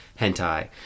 hentai